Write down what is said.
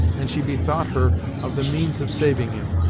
and she bethought her of the means of saving him.